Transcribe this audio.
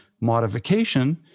modification